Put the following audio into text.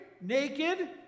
Naked